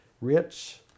rich